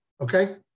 Okay